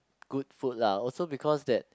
good food lah also because that